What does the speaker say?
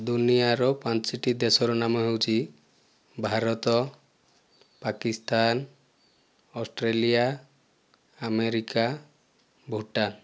ଦୁନିଆଁର ପାଞ୍ଚୋଟି ଦେଶର ନାମ ହେଉଛି ଭାରତ ପାକିସ୍ତାନ ଅଷ୍ଟ୍ରେଲିଆ ଆମେରିକା ଭୁଟାନ